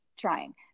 Trying